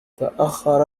تأخر